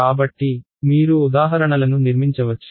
కాబట్టి మీరు ఉదాహరణలను నిర్మించవచ్చు